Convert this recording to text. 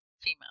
female